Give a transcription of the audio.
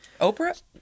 Oprah